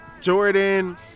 Jordan